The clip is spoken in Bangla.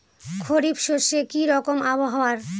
খরিফ শস্যে কি রকম আবহাওয়ার?